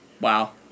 Wow